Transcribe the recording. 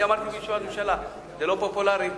אני אמרתי בישיבת הממשלה: זה לא פופולרי.